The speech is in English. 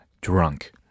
drunk